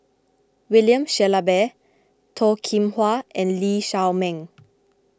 William Shellabear Toh Kim Hwa and Lee Shao Meng